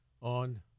on